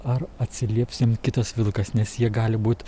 ar atsiliepsim jam kitas vilkas nes jie gali būt